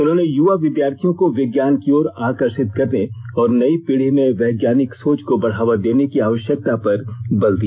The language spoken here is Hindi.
उन्होंने युवा विद्यार्थियों को विज्ञान की ओर आकर्षित करने और नई पीढ़ी में वैज्ञानिक सोच को बढ़ावा देने की आवश्यकता पर बल दिया